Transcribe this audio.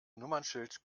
nummernschild